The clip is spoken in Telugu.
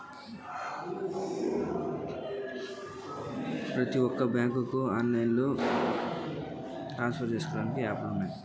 ఏ బ్యాంక్ కి ఐనా ఆన్ లైన్ బ్యాంకింగ్ మరియు మొబైల్ యాప్ ఉందా?